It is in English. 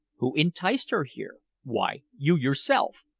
who enticed her here? why you, yourself.